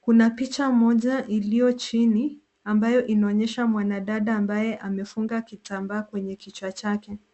Kuna picha moja iliyo chini ambayo inaonyesha mwanadada ambaye amefunga kitambaa kwenye kichwa chake.